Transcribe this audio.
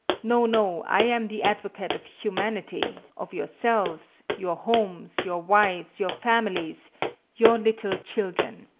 no, no i am the advocate of humanity of yourselves your homes your wives your families your little children.